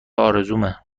آرزومه